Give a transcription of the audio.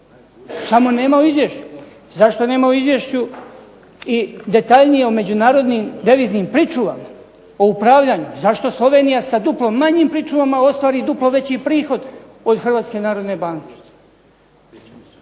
samo nema u izvješću. Zašto nema u izvješću i detaljnije o međunarodnim deviznim pričuvama, o upravljanju? Zašto Slovenija sa duplo manjim pričuvama ostvari duplo veći prihod od Hrvatske narodne banke?